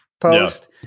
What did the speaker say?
post